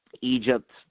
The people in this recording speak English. Egypt